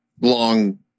long